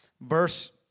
Verse